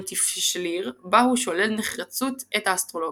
מונטפשליר בה הוא שולל נחרצות את האסטרולוגיה.